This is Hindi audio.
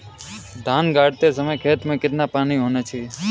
धान गाड़ते समय खेत में कितना पानी होना चाहिए?